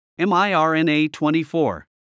miRNA-24